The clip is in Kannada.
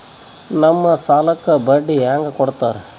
ನಮ್ ಸಾಲಕ್ ಬಡ್ಡಿ ಹ್ಯಾಂಗ ಕೊಡ್ತಾರ?